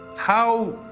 how.